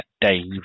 Dave